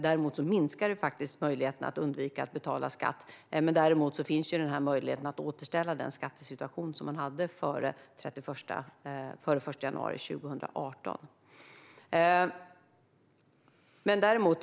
I stället minskar det faktiskt möjligheterna att betala skatt, men möjligheten att återställa den skattesituation som man hade före den 1 januari 2018 finns däremot.